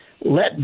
let